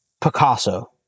Picasso